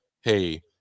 Hey